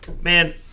Man